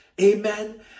Amen